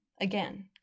again